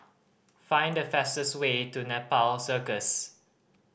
find the fastest way to Nepal Circus